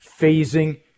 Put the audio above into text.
phasing